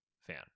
fan